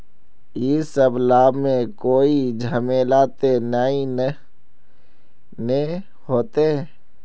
इ सब लाभ में कोई झमेला ते नय ने होते?